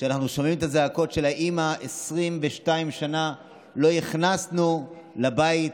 כשאנחנו שומעים את הזעקות של האימא: 22 שנה לא הכנסנו לבית